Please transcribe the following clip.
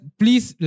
please